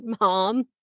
mom